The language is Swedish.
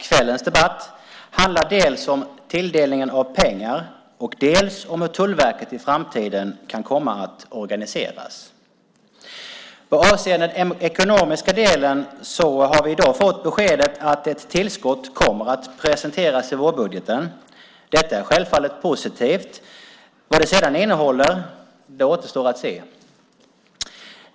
Kvällens debatt handlar dels om tilldelningen av pengar, dels om hur Tullverket i framtiden kan komma att organiseras. Avseende den ekonomiska delen har vi i dag fått beskedet att ett tillskott kommer att presenteras i vårbudgeten. Detta är självfallet positivt. Vad det sedan innehåller återstår att se.